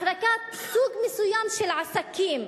החרגת סוג מסוים של עסקים,